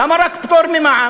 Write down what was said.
למה רק פטור ממע"מ?